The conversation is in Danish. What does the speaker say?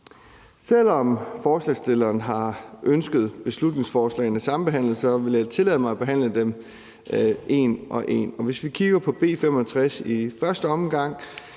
Selv om forslagsstillerne har ønsket beslutningsforslagene sambehandlet, vil jeg tillade mig at tage dem et for et. Hvis vi kigger på B 65 i første omgang,